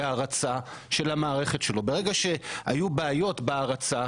בהרצה של המערכת שלו ברגע שהיו בעיות בהרצה